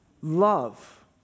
Love